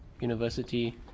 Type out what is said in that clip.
university